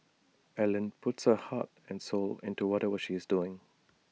Ellen puts her heart and soul into whatever she's doing